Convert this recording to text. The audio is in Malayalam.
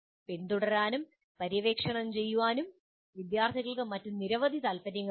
പിന്തുടരാനും പര്യവേക്ഷണം ചെയ്യാനും വിദ്യാർത്ഥികൾക്ക് മറ്റ് നിരവധി താൽപ്പര്യങ്ങളുണ്ട്